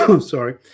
Sorry